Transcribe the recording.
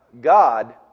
God